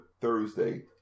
Thursday